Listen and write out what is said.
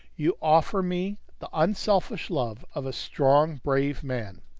you offer me the unselfish love of a strong, brave man.